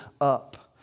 up